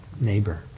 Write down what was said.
neighbor